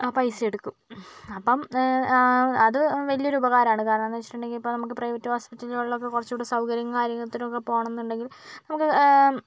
ആ പൈസ എടുക്കും അപ്പം ആ അത് വലിയൊരു ഉപകാരമാണ് കാരണമെന്താന്ന് വെച്ചിട്ടുണ്ടെങ്കില് നമുക്ക് പ്രൈവറ്റ് ഹോസ്പിറ്റലുകളൊക്കെ കൊറച്ചും കൂടെ സൗകര്യം കാര്യത്തിലൊക്കെ പോകണമെന്നുണ്ടെങ്കിൽ നമുക്ക്